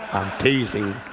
teasing.